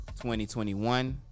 2021